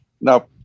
now